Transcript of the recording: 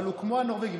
אבל הוא כמו הנורבגי.